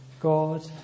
God